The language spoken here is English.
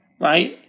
right